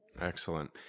Excellent